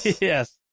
Yes